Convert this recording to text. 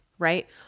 Right